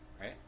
right